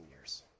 years